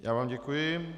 Já vám děkuji.